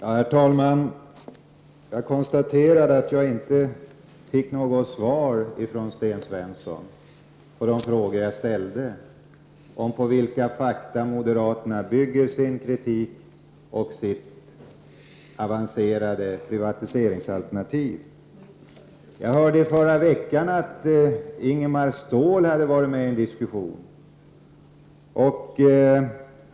Herr talman! Jag konstaterar att jag inte fick något svar från Sten Svensson på de frågor jag ställde om på vilka fakta moderaterna bygger sin kritik och sitt avancerade privatiseringsalternativ. Jag hörde i förra veckan att Ingemar Ståhl hade deltagit i en diskussion.